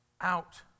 out